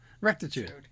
Rectitude